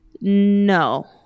No